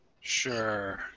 Sure